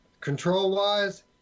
Control-wise